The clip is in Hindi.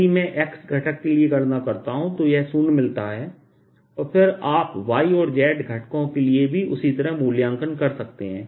यदि मैं x घटक के लिए गणना करता हूं तो यह शून्य मिलता है और फिर आप y और z घटकों के लिए भी उसी तरहमूल्यांकन कर सकते हैं